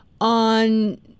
on